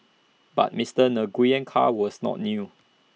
but Mister Nguyen's car was not new